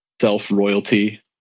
self-royalty